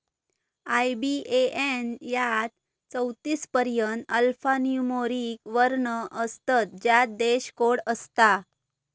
IBAN यात चौतीस पर्यंत अल्फान्यूमोरिक वर्ण असतत ज्यात देश कोड असता